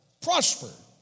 Prosper